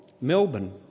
Melbourne